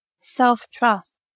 self-trust